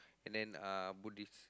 and then uh Buddhist